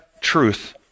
truth